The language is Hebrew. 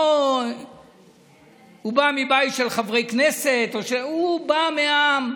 הוא לא בא מבית של חברי כנסת, הוא בא מהעם.